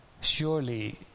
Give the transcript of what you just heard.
surely